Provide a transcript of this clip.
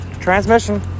transmission